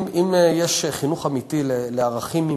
אם יש חינוך אמיתי לערכים,